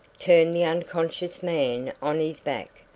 turned the unconscious man on his back,